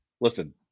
listen